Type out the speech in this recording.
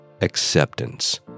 acceptance